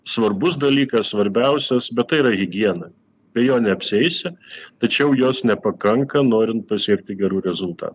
svarbus dalykas svarbiausias bet tai yra higiena be jo neapsieisi tačiau jos nepakanka norint pasiekti gerų rezultatų